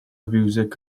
fiwsig